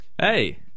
Hey